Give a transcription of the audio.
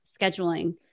scheduling